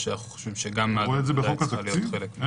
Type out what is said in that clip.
שאנחנו חושבים שגם מד"א צריכה להיות חלק --- אתה רואה את זה בחוק התקציב?